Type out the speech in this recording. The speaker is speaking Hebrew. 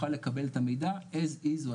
אלא שנוכל לקבל את המידע as is,